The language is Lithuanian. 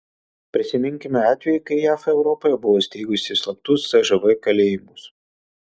prisiminkime atvejį kai jav europoje buvo įsteigusi slaptus cžv kalėjimus